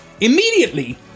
immediately